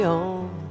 on